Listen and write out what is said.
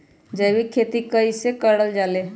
जैविक खेती कई से करल जाले?